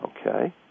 Okay